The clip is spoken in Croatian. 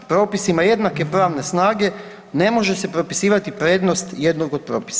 Propisima jednake pravne snage ne može se propisivati prednost jednog od propisa.